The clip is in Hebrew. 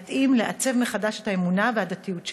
להתאים, לעצב מחדש את האמונה והדתיות שלי.